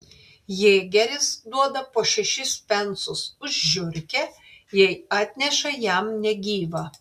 jėgeris duoda po šešis pensus už žiurkę jei atneša jam negyvą